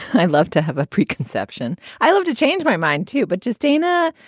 i love to have a preconception. i love to change my mind, too. but just dana,